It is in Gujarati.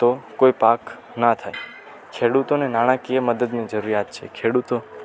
તો કોઈ પાક ન થાય ખેડૂતોને નાણાકીય મદદની જરૂરિયાત છે ખેડૂતો